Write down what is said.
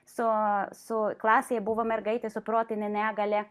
su su klasėj buvo mergaitė su protine negalia